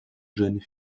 jeune